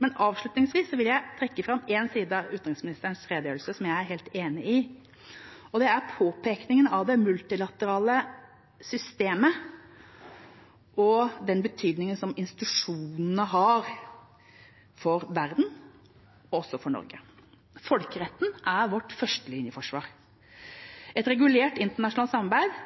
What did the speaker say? Men avslutningsvis vil jeg trekke fram én side av utenriksministerens redegjørelse som jeg er helt enig i, og det er påpekningen av det multilaterale systemet og den betydningen som institusjonene har for verden og også for Norge. Folkeretten er vårt førstelinjeforsvar. Et regulert internasjonalt samarbeid